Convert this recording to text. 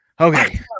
Okay